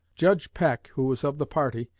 judge peck, who was of the party,